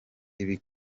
ibi